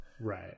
right